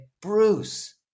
Bruce